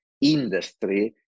industry